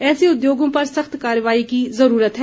ऐसे उद्योगों पर सख्त कार्रवाई की जरूरत है